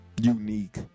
unique